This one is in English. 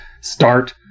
start